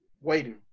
waiting